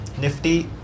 Nifty